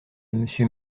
monsieur